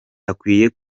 akwiye